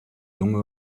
lunge